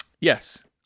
Yes